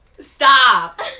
Stop